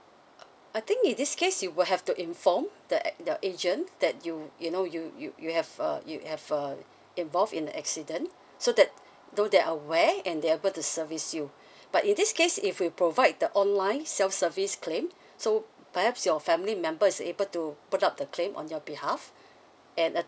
uh I think in this case you will have to inform the the agent that you you know you you you have uh you have uh involved in an accident so that know they're aware and they're able to service you but in this case if you provide the online self service claim so perhaps your family member is able to put up the claim on your behalf and a~